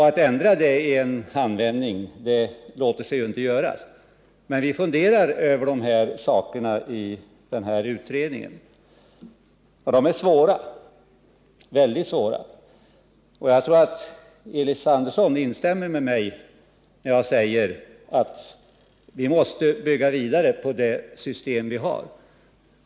Att ändra det låter sig inte göras i en handvändning. Men vi funderar över de här sakerna i utredningen. Och de är svåra, mycket svåra. Jag tror att Elis Andersson instämmer med mig när jag säger att vi måste bygga vidare på det system vi har.